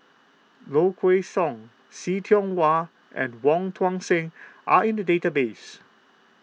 Low Kway Song See Tiong Wah and Wong Tuang Seng are in the database